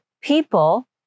people